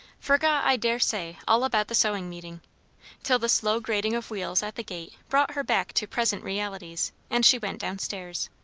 forgot i dare say all about the sewing meeting till the slow grating of wheels at the gate brought her back to present realities, and she went down-stairs.